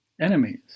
enemies